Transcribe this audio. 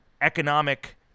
economic